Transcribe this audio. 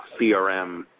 CRM